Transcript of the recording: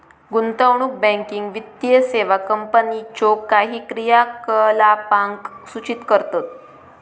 गुंतवणूक बँकिंग वित्तीय सेवा कंपनीच्यो काही क्रियाकलापांक सूचित करतत